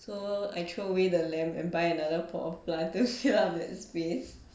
so I throw away the lamp and buy another pot of plant to fill up the space